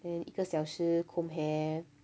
then 一个小时 comb hair